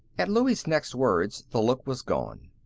at louie's next words the look was gone.